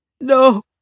No